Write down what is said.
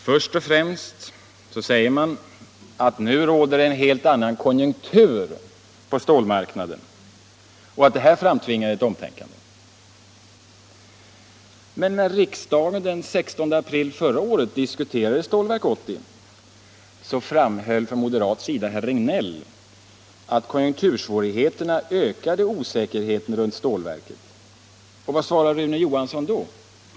Först och främst säger man att det nu råder en helt annan konjunktur på stålmarknaden och att detta framtvingar ett omtänkande. Men när riksdagen den 16 april förra året diskuterade Stålverk 80, framhöll från moderat sida herr Regnéll att konjunktursvårigheterna ökade osäkerheten omkring stålverket. Vad svarade Rune Johansson då?